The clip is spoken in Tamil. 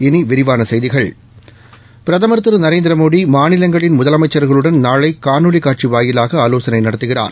இனி விரிவான செய்திகள் பிரதமர் திரு நரேந்திரமோடி மாநிலங்களின் முதலமைச்சர்களுடன் நாளை காணொலி காட்சி வாயிலாக ஆலோசனை நடத்துகிறார்